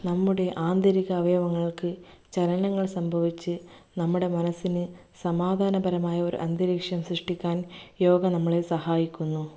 നമ്മുടെ ആന്തരിക അവയവങ്ങൾക്ക് ചലനങ്ങൾ സംഭവിച്ച് നമ്മുടെ മനസ്സിന് സമാധാനപരമായ ഒരന്തരീക്ഷം സൃഷ്ടിക്കാൻ യോഗ നമ്മളെ സഹായിക്കുന്നു